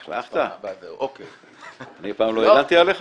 לכלכת, אני פעם לא הגנתי עליך?